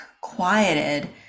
quieted